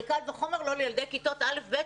קל וחומר לא לילדי כיתות א' ו-ב',